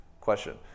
question